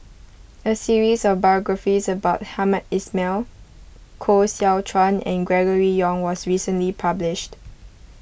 a series of biographies about Hamed Ismail Koh Seow Chuan and Gregory Yong was recently published